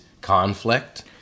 conflict